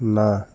ନା